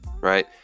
right